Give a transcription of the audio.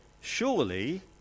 surely